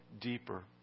deeper